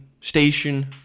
station